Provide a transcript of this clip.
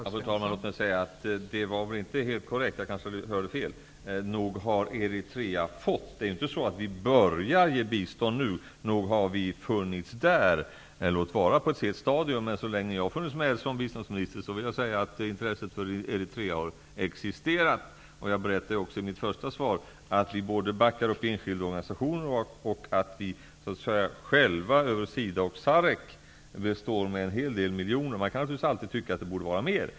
Fru talman! Låt mig säga att det som Lennart Rohdin sade inte var helt korrekt, men jag kanske hörde fel. Nog har Eritrea fått bistånd. Vi börjar inte ge bistånd nu. Sverige har funnits där, även om vi har kommit in på ett sent stadium. Men så länge jag har varit biståndsminister har intresset för Eritrea existerat. Jag sade också i svaret att vi borde backa upp enskilda organisationer och att vi själva via SIDA och SAREC bistår med en hel del miljoner. Man kan naturligtvis alltid tycka att det borde vara mer.